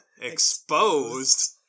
Exposed